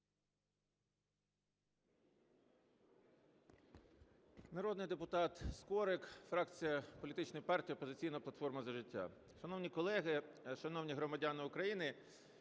Народний депутат Скорик, фракція політичної партії "Опозиційна платформа – За життя". Шановні колеги, шановні громадяни України!